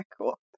cool